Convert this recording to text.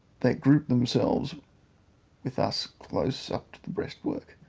they grouped themselves with us close up to the breastwork,